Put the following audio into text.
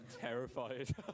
terrified